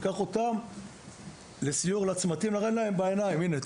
ניקח אותם לסיור בצמתים ונראה להם בעיניים: "הינה,